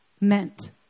meant